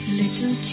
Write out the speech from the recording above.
little